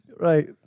Right